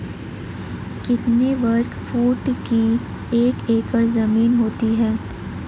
कितने वर्ग फुट की एक एकड़ ज़मीन होती है?